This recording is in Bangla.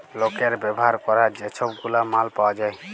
লকের ব্যাভার ক্যরার যে ছব গুলা মাল পাউয়া যায়